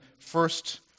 first